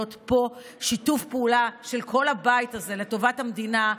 פה בשיתוף פעולה של כל הבית הזה לטובת המדינה,